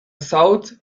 south